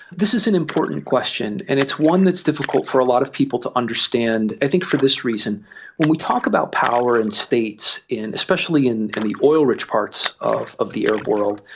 this is an important question and it's one that's difficult for a lot of people to understand i think for this reason when we talk about power in states, especially in in the oil-rich parts of of the arab world,